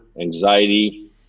anxiety